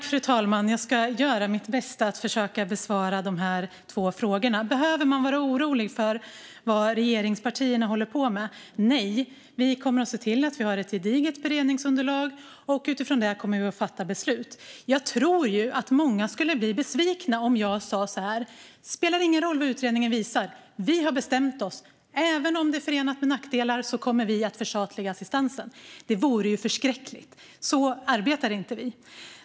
Fru talman! Jag ska göra mitt bästa och försöka besvara de två frågorna. Behöver man vara orolig för vad regeringspartierna håller på med? Nej, vi kommer att se till att vi har ett gediget beredningsunderlag och kommer att fatta beslut utifrån det. Jag tror ju att många skulle bli besvikna om jag sa så här: Det spelar ingen roll vad utredningen visar. Vi har bestämt oss. Även om det är förenat med nackdelar kommer vi att förstatliga assistansen. Det vore ju förskräckligt. Så arbetar inte vi.